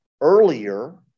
earlier